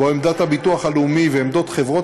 שבו עמדת הביטוח הלאומי ועמדות חברות